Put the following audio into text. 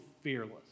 fearless